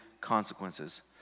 consequences